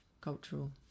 cultural